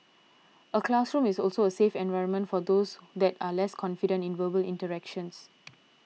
a classroom is also a safe environment for those that are less confident in verbal interactions